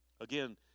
Again